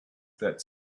that